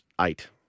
eight